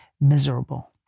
miserable